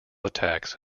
attacks